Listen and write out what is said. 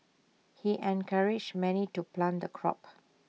he encouraged many to plant the crop